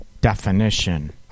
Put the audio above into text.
definition